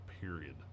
period